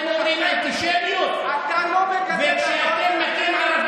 אתה לא מגנה, אתם אומרים "אנטישמיות"?